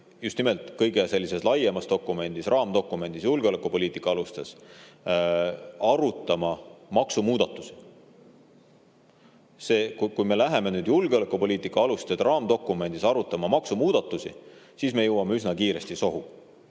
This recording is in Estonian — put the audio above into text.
just nimelt sellises kõige laiemas dokumendis, raamdokumendis, julgeolekupoliitika alustes arutamast maksumuudatusi. Kui me [hakkame] julgeolekupoliitika aluste raamdokumendis arutama maksumuudatusi, siis me jõuame üsna kiiresti sohu.